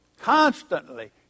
constantly